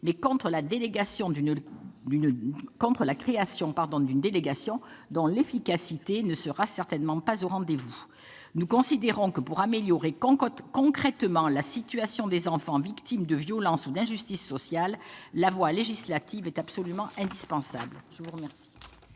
mais contre la création d'une délégation dont l'efficacité ne sera certainement pas au rendez-vous. Nous considérons que, pour améliorer concrètement la situation des enfants victimes de violences ou d'injustices sociales, la voie législative est indispensable. La parole